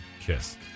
kiss